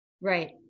right